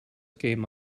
game